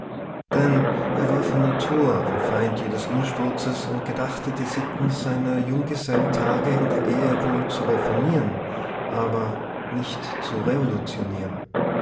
denn er war von natur ein feind jedes umsturzes und gedachte die sitten seiner junggesellentage in der ehe wohl zu reformieren aber nicht zu revolutionieren